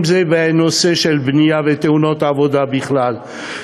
אם זה בנושא של בנייה ותאונות עבודה בכלל,